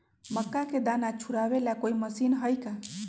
मक्का के दाना छुराबे ला कोई मशीन हई का?